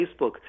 Facebook